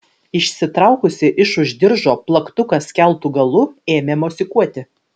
išsitraukusi iš už diržo plaktuką skeltu galu ėmė mosikuoti